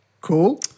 cool